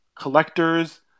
collectors